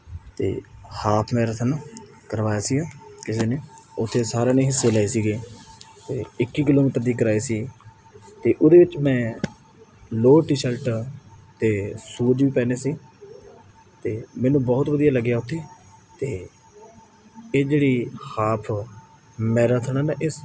ਅਤੇ half marathon ਕਰਵਾਇਆ ਸੀਗਾ ਕਿਸੇ ਨੇ ਉੱਥੇ ਸਾਰਿਆਂ ਨੇ ਹਿੱਸੇ ਲਏ ਸੀਗੇ ਅਤੇ ਇੱਕੀ ਕਿਲੋਮੀਟਰ ਦੀ ਕਰਵਾਈ ਸੀ ਅਤੇ ਉਹਦੇ ਵਿੱਚ ਮੈਂ ਲੋਅਰ ਟੀ ਸ਼ਰਟ ਅਤੇ ਸੂਜ ਵੀ ਪਹਿਨੇ ਸੀ ਅਤੇ ਮੈਨੂੰ ਬਹੁਤ ਵਧੀਆ ਲੱਗਿਆ ਉੱਥੇ ਅਤੇ ਇਹ ਜਿਹੜੀ ਹਾਫ ਮੈਰਾਥੋਨ ਨਾ ਇਸ